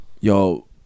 yo